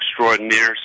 extraordinaire